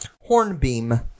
Hornbeam